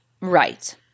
Right